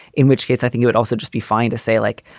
in which case, i think you would also just be fine to say, like,